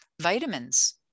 vitamins